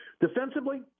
Defensively